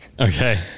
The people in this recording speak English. Okay